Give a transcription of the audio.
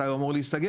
מתי הוא אמור להיסגר,